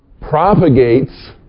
propagates